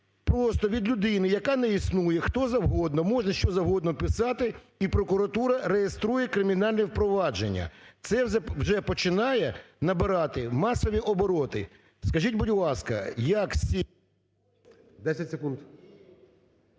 просто від людини, яка не існує, хто-завгодно може що-завгодно писати, і прокуратура реєструє кримінальне провадження. Це вже починає набирати масові обороти. Скажіть, будь ласка, як… ГОЛОВУЮЧИЙ. 10 секунд.